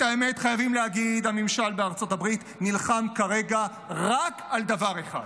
את האמת חייבים להגיד: הממשל בארצות הברית נלחם כרגע רק על דבר אחד,